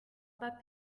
pas